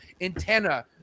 antenna